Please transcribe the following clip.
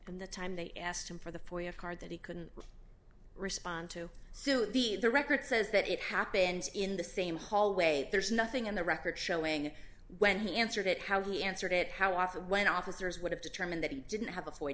and the time they asked him for the for a car that he couldn't respond to so the the record says that it happened in the same hallway there's nothing in the record showing when he answered it how he answered it how often when officers would have determined that he didn't have